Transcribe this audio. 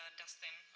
ah dustin.